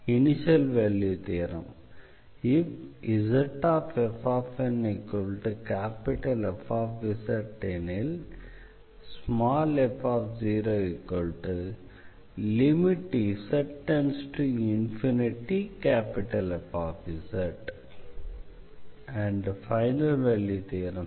initial value தேற்றத்தை நிரூபிக்கலாம்